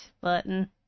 button